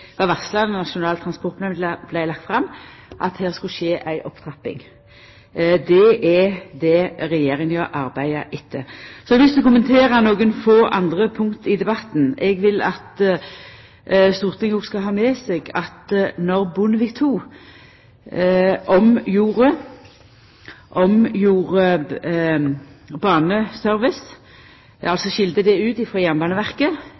var varsla då Nasjonal transportplan vart lagd fram, at det skulle skje ei opptrapping. Det er det Regjeringa arbeider etter. Så har eg lyst til å kommentera nokre få andre punkt i debatten. Eg vil at Stortinget òg skal ha med seg at då Bondevik II omgjorde BaneService, skilde det ut frå Jernbaneverket og gjorde det om